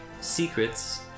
Secrets